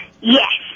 Yes